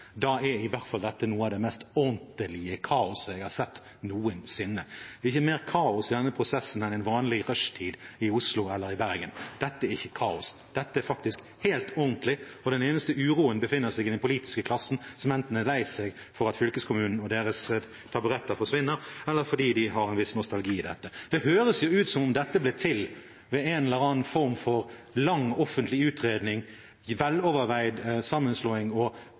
da er i hvert fall dette noe av det mest ordentlige kaoset jeg har sett noensinne. Det er ikke mer kaos i denne prosessen enn en vanlig rushtid i Oslo eller i Bergen. Dette er ikke kaos, dette er faktisk helt ordentlig, og den eneste uroen befinner seg i den politiske klassen som enten er lei seg for at fylkeskommunen og deres taburetter forsvinner, eller fordi de har en viss nostalgi i dette. Det høres jo ut som om dette ble til ved en eller annen form for lang offentlig utredning, veloverveid sammenslåing og